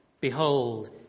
Behold